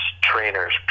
trainers